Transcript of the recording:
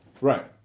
Right